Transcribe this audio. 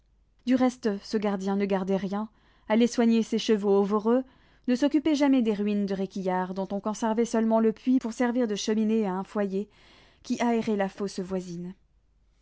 du reste ce gardien ne gardait rien allait soigner ses chevaux au voreux ne s'occupait jamais des ruines de réquillart dont on conservait seulement le puits pour servir de cheminée à un foyer qui aérait la fosse voisine